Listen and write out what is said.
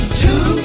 two